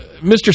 Mr